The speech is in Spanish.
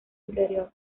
interior